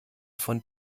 von